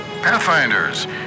Pathfinders